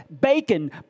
bacon